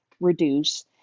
reduce